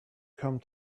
come